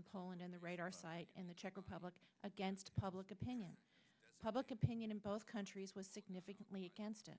in poland and the radar in the czech republic against public opinion public opinion in both countries was significantly against it